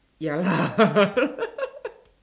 ya lah